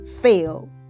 fail